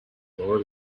lower